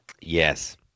Yes